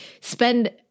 spend